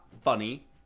funny